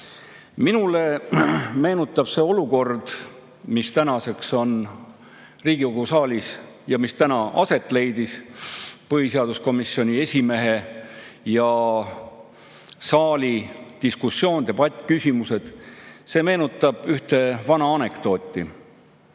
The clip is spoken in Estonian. Minule meenutab see olukord, mis tänaseks on Riigikogu saalis [kujunenud] ja mis täna siin aset leidis – põhiseaduskomisjoni esimehe ja saali diskussioon, debatt, küsimused –, ühte vana anekdooti.